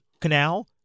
canal